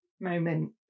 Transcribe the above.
moment